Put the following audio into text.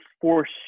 force